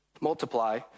multiply